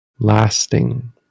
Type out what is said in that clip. lasting